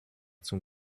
zum